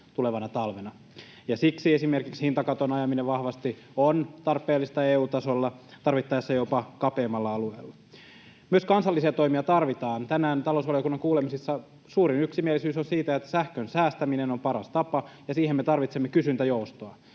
tulevana talvena. Siksi esimerkiksi hintakaton ajaminen vahvasti on tarpeellista EU-tasolla, tarvittaessa jopa kapeammalla alueella. Myös kansallisia toimia tarvitaan. Tänään talousvaliokunnan kuulemisessa suurin yksimielisyys oli siitä, että sähkön säästäminen on paras tapa, ja siihen me tarvitsemme kysyntäjoustoa.